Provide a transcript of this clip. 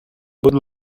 будь